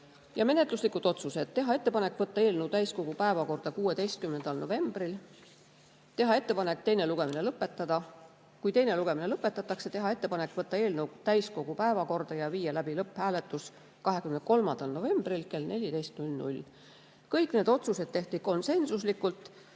Ja menetluslikud otsused: teha ettepanek võtta eelnõu täiskogu päevakorda 16. novembril, teha ettepanek teine lugemine lõpetada, kui teine lugemine lõpetatakse, teha ettepanek võtta eelnõu täiskogu päevakorda ja viia läbi lõpphääletus 23. novembril kell 14. Kõik need otsused tehti konsensuslikult